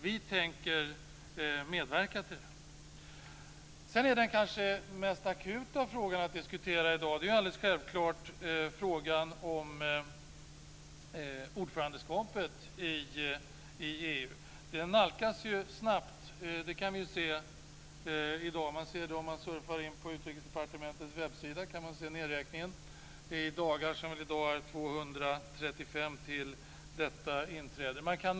Vi tänker medverka till det. Den mest akuta frågan att diskutera i dag är självklart ordförandeskapet i EU, som nalkas snabbt. Man kan om man surfar in på Utrikesdepartementets webbsida i dag se nedräkningen i dagar. Det är nu 235 dagar fram till dess att vi övertar ordförandeskapet.